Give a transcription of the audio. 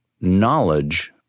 knowledge